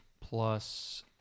Plus